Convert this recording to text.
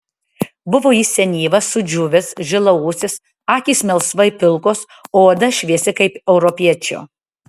buvo jis senyvas sudžiūvęs žilaūsis akys melsvai pilkos o oda šviesi kaip europiečio